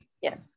Yes